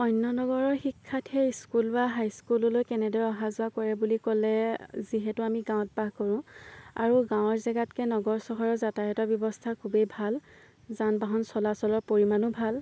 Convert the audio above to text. অন্য নগৰৰ শিক্ষাৰ্থীয়ে স্কুল বা হাইস্কুললৈ কেনেদৰে অহা যোৱা কৰে বুলি ক'লে যিহেতু আমি গাঁৱত বাস কৰোঁ আৰু গাঁৱৰ জেগাতকৈ নগৰৰ চহৰৰ যাতায়তৰ ব্যৱস্থা খুবেই ভাল যান বাহন চলাচলৰ পৰিমাণো ভাল